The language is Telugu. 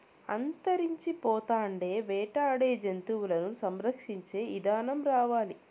అంతరించిపోతాండే వేటాడే జంతువులను సంరక్షించే ఇదానం రావాలి